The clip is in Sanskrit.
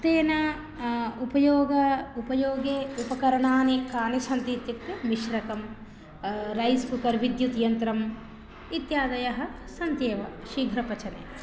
तेन उपयोगम् उपयोगे उपकरणानि कानि सन्ति इत्युक्ते मिश्रकं रैस् कुकर् विद्युत्यन्त्रम् इत्यादयः सन्त्येव शीघ्रपचने